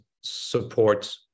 support